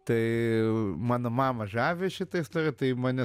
tai mano mamą žavi šita istorija tai mane